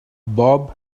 bob